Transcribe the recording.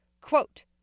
Quote